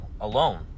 alone